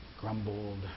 grumbled